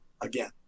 Again